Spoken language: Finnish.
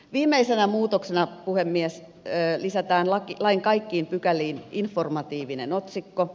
viimeisenä muutoksena puhemies lisätään lain kaikkiin pykäliin informatiivinen otsikko